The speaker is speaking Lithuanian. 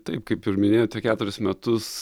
taip kaip ir minėjote keturis metus